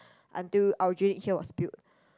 until Aljunied here was build